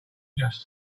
just